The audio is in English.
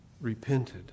repented